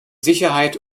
sicherheit